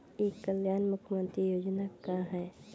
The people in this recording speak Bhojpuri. ई कल्याण मुख्य्मंत्री योजना का है?